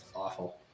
awful